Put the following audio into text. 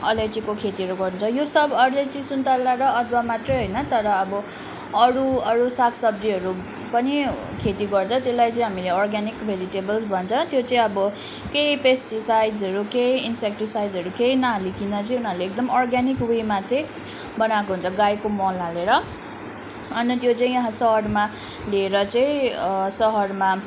अलैँचीको खेतीहरू गर्छ यो सब अलैँची सुन्तला र अदुवामात्रै होइन तर अब अरू अरू साग सब्जीहरू पनि खेती गर्छ त्यसलाई चाहिँ हामीले अर्ग्यानिक भेजिटेबल्स भन्छ त्यो चाहिँ अब केही पेस्टिसाइड्सहरू केही इन्सेक्टिसाइड्सहरू केही नहालीकन उनीहरूले एकदम अर्ग्यानिक वेमा चाहिँ बनाएको हुन्छ गाईको मल हालेर अन्त त्यो चाहिँ यहाँ सहरमा लिएर चाहिँ सहरमा